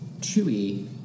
chewy